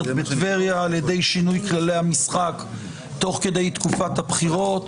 בטבריה על ידי שינוי כללי המשחק תוך כדי תקופת הבחירות,